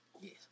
yes